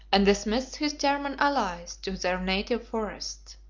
and dismissed his german allies to their native forests.